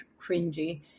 cringy